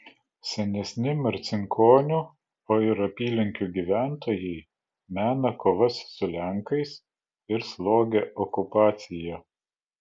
senesni marcinkonių o ir apylinkių gyventojai mena kovas su lenkais ir slogią okupaciją